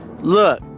look